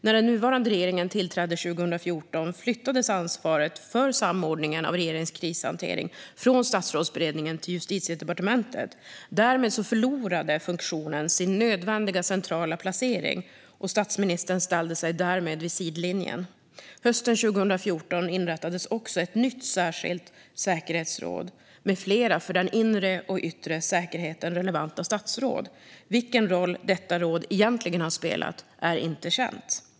När den nuvarande regeringen tillträdde 2014 flyttades ansvaret för samordningen av regeringens krishantering från Statsrådsberedningen till Justitiedepartementet. Därmed förlorade funktionen sin nödvändiga centrala placering, och statsministern ställde sig därmed vid sidlinjen. Hösten 2014 inrättades också ett nytt särskilt säkerhetsråd med flera för den inre och yttre säkerheten relevanta statsråd. Vilken roll detta råd egentligen har spelat är inte känt.